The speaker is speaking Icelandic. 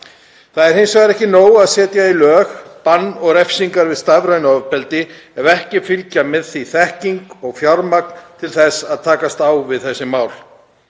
Það er hins vegar ekki nóg að setja í lög bann og refsingar við stafrænu ofbeldi ef ekki fylgir með þekking og fjármagn til þess að takast á við þessi mál.